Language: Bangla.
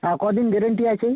আর কদিন গ্যারেন্টি আছে